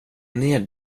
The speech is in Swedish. ner